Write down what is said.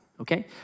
Okay